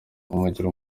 kumugira